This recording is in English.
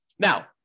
Now